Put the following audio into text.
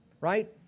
Right